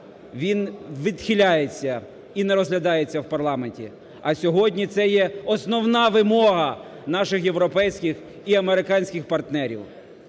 він відхиляється і не розглядається в парламенті. А сьогодні це є основна вимога наших європейських і американських партнерів.